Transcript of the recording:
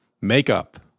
Makeup